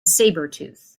sabretooth